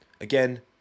again